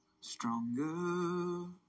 stronger